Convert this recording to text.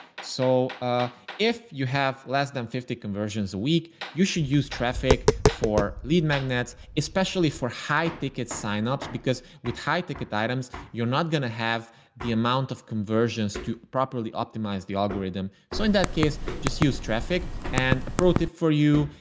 so ah if you have less than fifty conversions a week, you should use traffic for lead magnets, especially for high ticket sign ups, because with high ticket items, you're not going to have the amount of conversions to properly optimize the algorithm. so in that case, just use traffic and approach it for you.